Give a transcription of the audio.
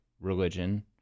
religion